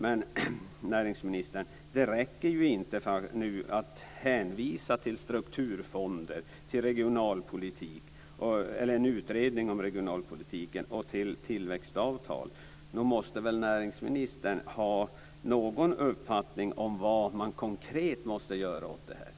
Det räcker inte, näringsministern, att nu hänvisa till strukturfonder, en utredning om regionalpolitiken och tillväxtavtal. Nog måste väl näringsministern ha någon uppfattning om vad man konkret måste göra åt detta?